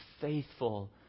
faithful